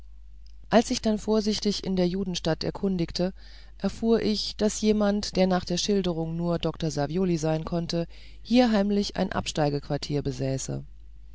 als ich mich dann vorsichtig in der judenstadt erkundigte erfuhr ich daß jemand der nach den schilderungen nur dr savioli sein konnte hier heimlich ein absteigequartier besäße